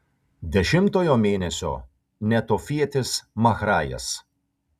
dešimtojo mėnesio netofietis mahrajas